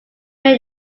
made